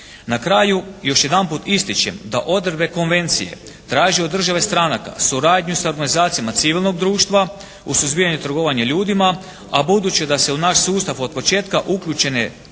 Na kraju još jedanput ističem da odredbe konvencije traži od države stranaka suradnju sa organizacijama civilnog društva u suzbijanju trgovanja ljudima a budući da su u naš sustav od početka uključene organizacije